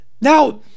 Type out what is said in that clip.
Now